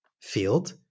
field